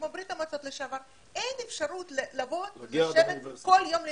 כמו ברית המועצות לשעבר ואין אפשרות לבוא ולשבת כל יום ללמוד.